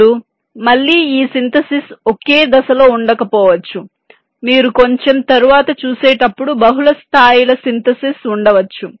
ఇప్పుడు మళ్ళీ ఈ సింథసిస్ ఒకే దశలో ఉండకపోవచ్చు మీరు కొంచెం తరువాత చూసేటప్పుడు బహుళ స్థాయిల సింథసిస్ ఉండవచ్చు